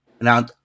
Now